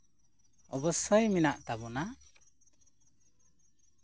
ᱚᱵᱚᱥᱥᱚᱭ ᱢᱮᱱᱟᱜ ᱛᱟᱵᱚᱱᱟ